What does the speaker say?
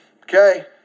Okay